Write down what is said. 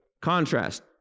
contrast